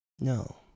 No